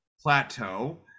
plateau